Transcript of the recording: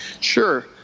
Sure